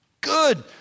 Good